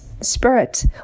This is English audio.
spirit